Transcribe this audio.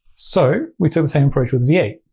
so we took the same approach with v eight.